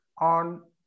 on